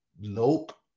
Nope